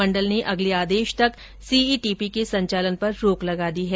मंडल ने अगले आदेश तक सीईटीपी के संचालन पर रोक लगा दी है